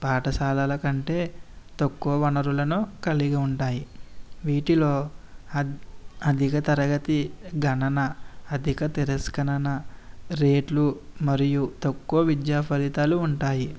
పాఠశాలల కంటే తక్కువ వనరులను కలిగి ఉంటాయి వీటిలో అధి అధిక తరగతి గణన అధిక తిరస్కరణ రేట్లు మరియు తక్కువ విద్యా ఫలితాలు ఉంటాయి